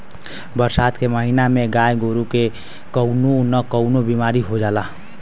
बरसात के महिना में गाय गोरु के कउनो न कउनो बिमारी हो जाला